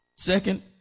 Second